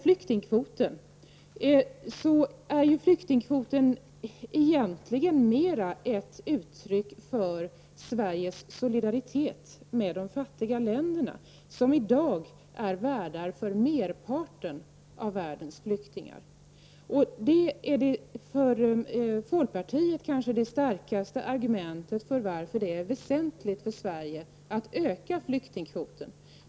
Flyktingkvoten är egentligen mera ett uttryck för Sveriges solidaritet med de fattiga länderna som i dag är värdar för merparten av världens flyktingar. Detta är för folkpartiet det starkaste argumentet för varför det är väsentligt för Sverige att öka flyktingkvoten.